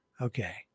Okay